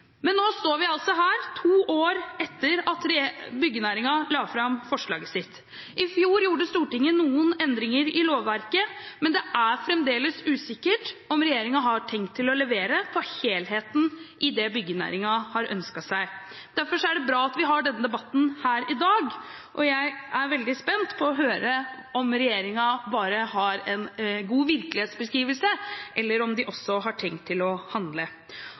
Men nå står vi altså her, to år etter at byggenæringen la fram forslaget sitt. I fjor gjorde Stortinget noen endringer i lovverket, men det er fremdeles usikkert om regjeringen har tenkt å levere på helheten i det byggenæringen har ønsket seg. Derfor er det bra at vi har denne debatten her i dag, og jeg er veldig spent på å høre om regjeringen bare har en god virkelighetsbeskrivelse, eller om de også har tenkt å handle.